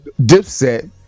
dipset